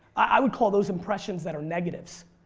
i would call those impressions that are negatives.